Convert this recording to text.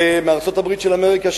מארצות-הברית של אמריקה,